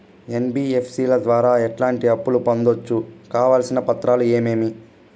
NBFC ల ద్వారా ఎట్లాంటి అప్పులు పొందొచ్చు? కావాల్సిన పత్రాలు ఏమేమి?